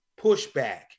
pushback